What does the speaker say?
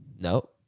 No